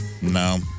No